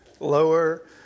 Lower